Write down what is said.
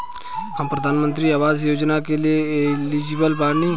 हम प्रधानमंत्री आवास योजना के लिए एलिजिबल बनी?